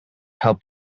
help